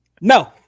No